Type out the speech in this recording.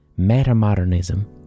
Metamodernism